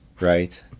Right